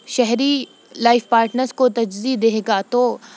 شہری life partners کو ترجیح دے گا تو